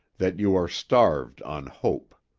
that you are starved on hope.